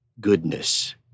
goodness